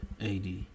AD